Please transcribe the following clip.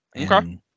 Okay